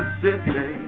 city